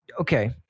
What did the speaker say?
Okay